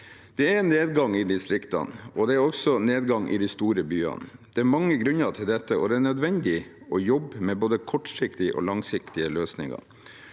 Det er nedgang i distriktene, og det er også nedgang i de store byene. Det er mange grunner til det, og det er nødvendig å jobbe med både kortsiktige og langsiktige løsninger.